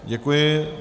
Děkuji.